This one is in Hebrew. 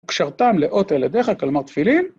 קשרתם לאות על ידך כלומר תפילין.